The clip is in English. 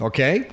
Okay